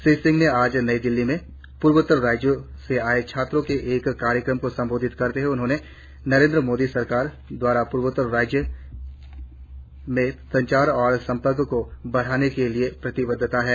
श्री सिंह ने आज नई दिल्ली में पूर्वोत्तर राज्यों से आये छात्रों के एक कार्यक्रम को संबोधित करते हुए कहा कि नरेंद्र मोदी सरकार पूर्वोत्तर राज्यों में संचार और संपर्क को बढ़ाने के लिए प्रतिबंद्व है